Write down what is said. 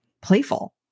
playful